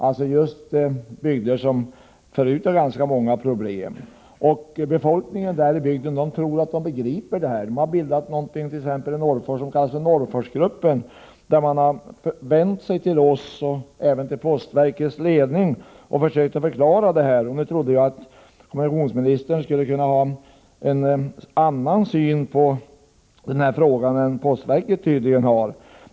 Det är fråga om bygder som redan förut har ganska många problem. Befolkningen i bygden tror faktiskt att den begriper de här frågorna. I Norrfors har man bildat den s.k. Norrforsgruppen, som har vänt sig till oss och även till postverkets ledning och försökt förklara hur det ligger till. Jag hade trott att kommunikationsministern skulle kunna ha en annan syn på de här frågorna än den som postverket tydligen har.